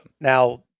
Now